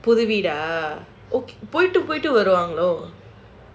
இது உங்க வீடா போய்ட்டு போயிட்டு வருவாங்களோ:idhu unga veeda poitu poitu varuvaangalo